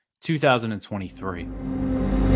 2023